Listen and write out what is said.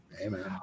Amen